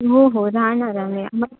हो हो राहणार आम्ही